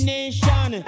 Nation